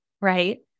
right